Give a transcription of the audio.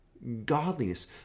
godliness